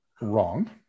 wrong